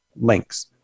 links